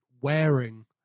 wearing